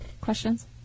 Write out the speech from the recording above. Questions